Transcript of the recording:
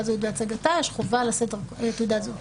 זהות והצגתה יש חובה לשאת תעודת זהות.